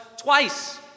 twice